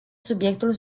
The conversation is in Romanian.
subiectul